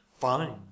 Fine